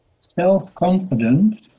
self-confidence